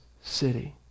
city